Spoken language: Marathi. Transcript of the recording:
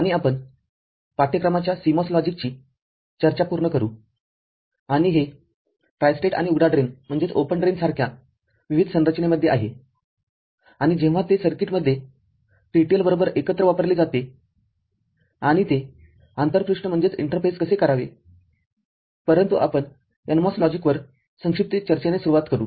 आणि आपण पाठ्यक्रमाच्या CMOS लॉजिकची चर्चा पूर्ण करूआणि हे ट्राय स्टेट आणि उघडा ड्रेन सारख्या विविध संरचनेमध्ये आहेआणि जेव्हा ते सर्किटमध्ये TTL बरोबर एकत्र वापरले जातेआणि ते आंतरपृष्ठकसे करावेपरंतु आपण NMOS लॉजिकवर संक्षिप्त चर्चेने सुरूवात करू